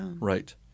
Right